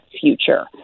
future